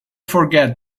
forget